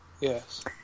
Yes